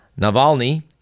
Navalny